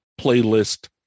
playlist